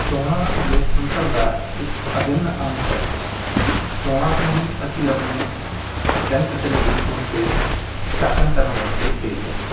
ਚੋਣਾਂ ਲੋਕਤੰਤਰ ਦਾ ਇੱਕ ਅਭਿੰਨ ਅੰਗ ਹੈਗਾ ਚੋਣਾਂ ਤੋਂ ਹੀ ਅਸੀਂ ਆਪਣੇ ਜਨ ਪ੍ਰਤੀਨਿਧੀ ਚੁਣ ਕੇ ਸ਼ਾਸਨ ਕਰਨ ਵਾਸਤੇ ਭੇਜਦੇ ਨੇ